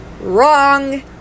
Wrong